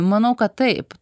manau kad taip